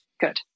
Good